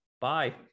bye